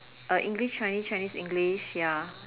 uh English Chinese Chinese English ya